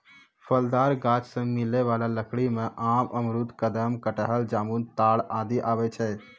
फलदार गाछ सें मिलै वाला लकड़ी में आम, अमरूद, कदम, कटहल, जामुन, ताड़ आदि आवै छै